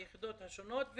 על היחידות השונות,